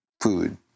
food